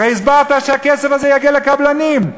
הרי הסברת שהכסף הזה יגיע לקבלנים.